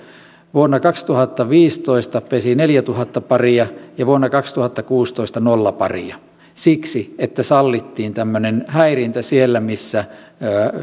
vuonna kaksituhattaviisitoista pesi neljätuhatta paria ja vuonna kaksituhattakuusitoista nolla paria siksi että sallittiin tämmöinen häirintä siellä missä